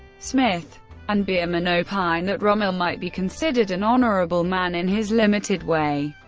smith and bierman opine that rommel might be considered an honourable man in his limited way,